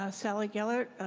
ah shall i gellert,